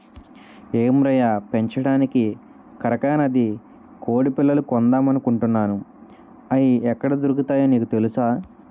ఏం రయ్యా పెంచడానికి కరకనాడి కొడిపిల్లలు కొందామనుకుంటున్నాను, అయి ఎక్కడ దొరుకుతాయో నీకు తెలుసా?